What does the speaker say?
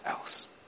else